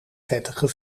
vettige